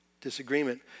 disagreement